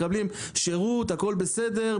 מקבלים שירות הכל בסדר,